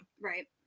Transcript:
Right